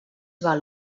val